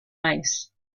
mice